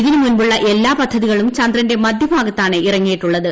ഇതിനുമുമ്പുള്ള എല്ലാ പദ്ധതികളും ചന്ദ്രന്റെ മധ്യഭാഗത്താണ് ഇറങ്ങിയിട്ടുള്ളത്